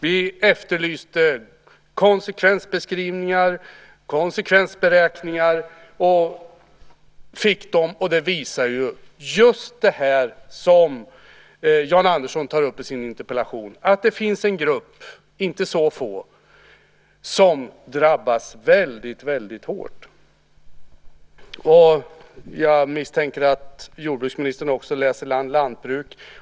Vi efterlyste konsekvensbeskrivningar och konsekvensberäkningar, och de visade just det som Jan Andersson tar upp i sin interpellation, att det finns en grupp - inte så få personer - som drabbas väldigt hårt. Jag misstänker att också jordbruksministern läser tidningen Lantbruk.